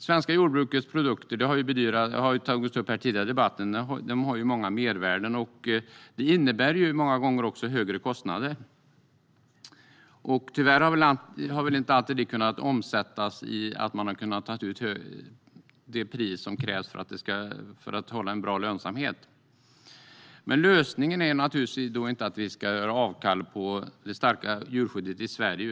Det har tidigare i debatten tagits upp att det svenska jordbrukets produkter har många mervärden. Det innebär många gånger också högre kostnader. Tyvärr har väl inte alltid det kunnat omsättas i att man har kunnat ta ut det pris som krävs för att hålla en bra lönsamhet. Lösningen är inte att vi ska göra avkall på det starka djurskyddet i Sverige.